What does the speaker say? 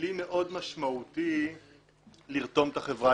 SDGsככלי מאוד משמעותי לרתום את החברה